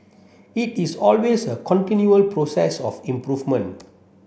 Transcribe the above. it is always a continual process of improvement